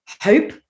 hope